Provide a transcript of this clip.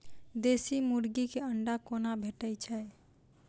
देसी मुर्गी केँ अंडा कोना भेटय छै?